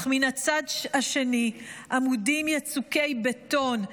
אך מן הצד השני עמודים יצוקים בטון,